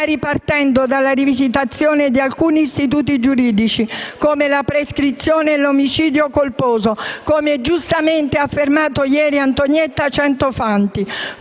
partendo dalla rivisitazioni di alcuni istituti giuridici, come la prescrizione e l'omicidio colposo, come ha giustamente affermato ieri Antonietta Centofanti.